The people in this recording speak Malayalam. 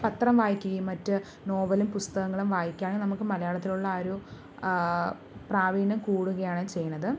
പത്രം വായിക്കുകയും മറ്റ് നോവലും പുസ്തകങ്ങളും വായിക്കുകയാണെങ്കിൽ നമുക്ക് മലയാളത്തിലുള്ള ആ ഒരു പ്രാവീണ്യം കൂടുകയാണ് ചെയ്യണത്